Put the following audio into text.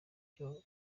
byo